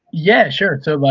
yeah, sure, so like,